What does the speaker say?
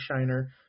Shiner